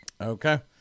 Okay